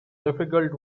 difficult